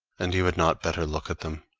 and you had not better look at them.